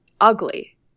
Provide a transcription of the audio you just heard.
ugly